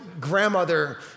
grandmother